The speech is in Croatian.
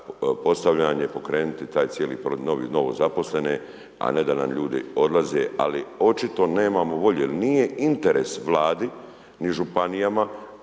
postavljanje, pokrenuti taj cijeli novozaposlene, a ne da nam ljudi odlaze, ali očito nemamo volje jel nije interes Vladi, ni županijama,